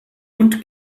und